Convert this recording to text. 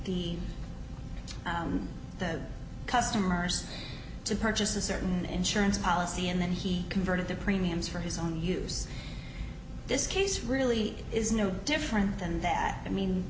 d the customers to purchase a certain ensurance policy and that he converted the premiums for his own use this case really is no different than that i mean